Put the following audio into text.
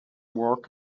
work